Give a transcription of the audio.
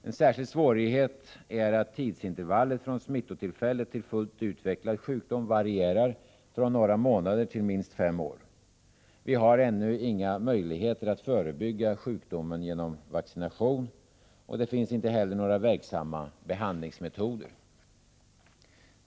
En särskild svårighet är att tidsintervallet från smittotillfället till fullt utvecklad sjukdom varierar från några månader till minst fem år. Vi har ännu inga möjligheter att förebygga sjukdomen genom vaccination, och det finns inte heller några verksamma behandlingsmetoder.